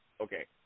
Okay